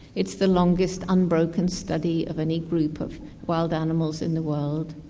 it's the longest unbroken study of any group of wild animals in the world.